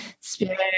spirit